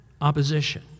opposition